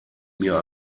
mir